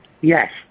Yes